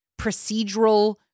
procedural